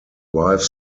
wife